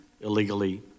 illegally